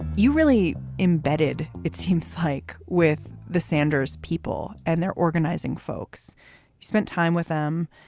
you really embedded, it seems like, with the sanders people and they're organizing folks spent time with them.